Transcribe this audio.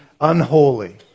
unholy